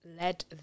led